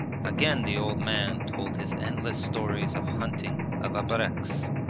again the old man told his endless stories of hunting, of abreks,